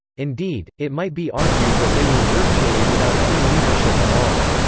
indeed, it might be argued that they were virtually without any leadership at all.